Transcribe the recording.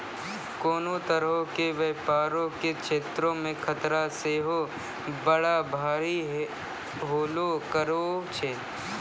कोनो तरहो के व्यपारो के क्षेत्रो मे खतरा सेहो बड़ा भारी होलो करै छै